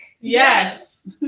Yes